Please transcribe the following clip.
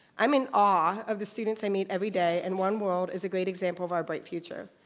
i'm in awe of the students i meet every day, and one world is a great example of our bright future.